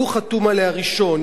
הוא חתום עליה ראשון,